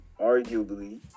arguably